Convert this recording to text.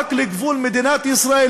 רק לגבול מדינת ישראל,